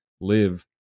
live